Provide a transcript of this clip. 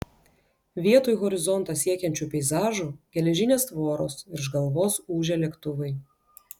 vietoj horizontą siekiančių peizažų geležinės tvoros virš galvos ūžia lėktuvai